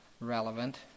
relevant